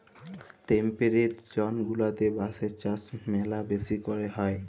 temperate zone গুলাতে বাঁশের চাষ ম্যালা বেশি ক্যরে হ্যয়